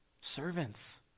servants